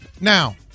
Now